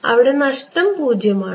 അവിടെ നഷ്ടം പൂജ്യമാണ്